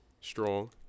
Strong